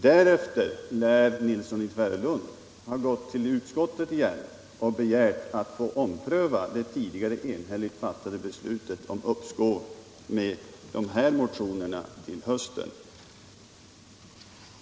Därefter lär herr Nilsson i Tvärålund ha gått till utskottet igen och begärt att få ompröva det tidigare enhälligt fattade beslutet om uppskov med dessa motioner till hösten.